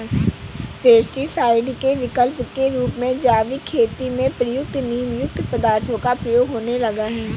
pesticide के विकल्प के रूप में जैविक खेती में प्रयुक्त नीमयुक्त पदार्थों का प्रयोग होने लगा है